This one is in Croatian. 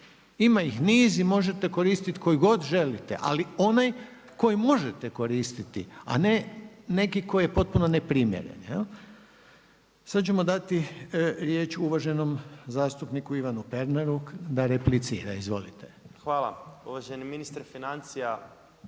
ima ih niz i možete koristiti koji god želite ali onaj koji možete koristiti a ne neki koji je potpuno neprimjeren. Sada ćemo dati riječ uvaženom zastupniku Ivanu Pernaru da replicira. Izvolite. **Pernar, Ivan (Živi zid)**